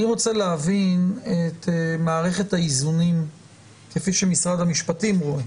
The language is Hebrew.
אני רוצה להבין את מערכת האיזונים כפי שמשרד המשפטים רואה